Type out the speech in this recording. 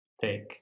take